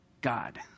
God